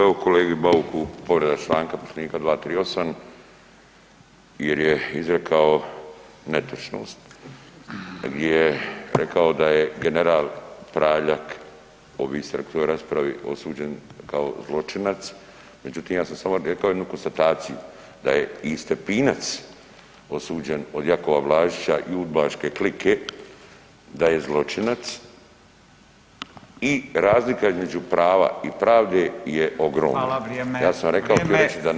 Evo kolegi Bauku povreda članka Poslovnika 238., jer je izrekao netočnost gdje je rekao da je general Praljak … u raspravi osuđen kao zločinac, međutim ja sam samo rekao jednu konstataciju da je i Stepinac osuđen od Jakova Blažića i udbaške klike da je zločinac i razlika između prava i pravde je ogromna